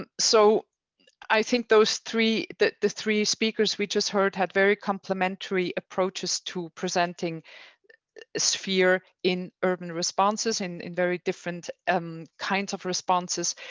um so i think those three that the three speakers we just heard had very complementary approaches to presenting sphere in urban responses in in very different kinds of responses.